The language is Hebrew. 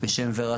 ויש לנו שם אוצר.